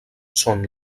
són